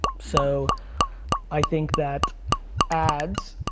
so i think that ads